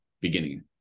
beginning